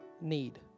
need